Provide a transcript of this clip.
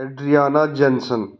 Adriana Jensen